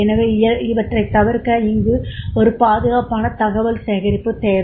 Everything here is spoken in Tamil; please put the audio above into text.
எனவே இவற்றைத் தவிர்க்க அங்கு ஒரு பாதுகாப்பான தகவல் சேகரிப்பு தேவை